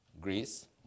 Greece